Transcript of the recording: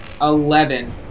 Eleven